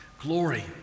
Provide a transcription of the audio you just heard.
glory